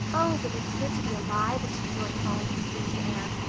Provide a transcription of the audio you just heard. oh, but it's good to be alive and to be going home, breathed anne.